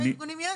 כמה ארגונים יש?